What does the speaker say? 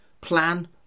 plan